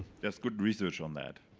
there's good research on that.